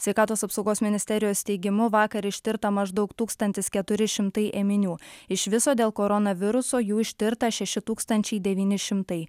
sveikatos apsaugos ministerijos teigimu vakar ištirta maždaug tūkstantis keturi šimtai ėminių iš viso dėl koronaviruso jų ištirta šeši tūkstančiai devyni šimtai